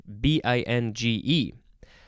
B-I-N-G-E